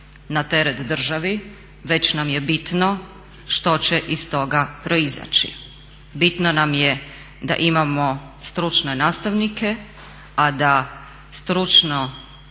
na teret državi već nam je bitno što će iz toga proizaći, bitno nam je da imamo stručne nastavnike, a da stručno